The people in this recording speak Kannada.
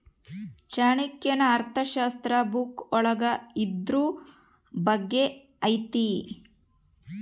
ಚಾಣಕ್ಯನ ಅರ್ಥಶಾಸ್ತ್ರ ಬುಕ್ಕ ಒಳಗ ಇದ್ರೂ ಬಗ್ಗೆ ಐತಿ